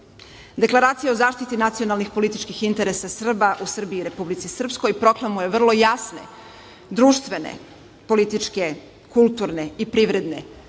Deklaracija o zaštiti nacionalnih političkih interesa Srba u Republici Srpskoj proklamuje vrlo jasne, društvene političke kulturne i privredne ciljeve